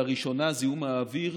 לראשונה זיהום האוויר